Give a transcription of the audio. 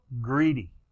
greedy